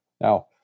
Now